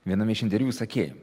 viename iš interviu sakei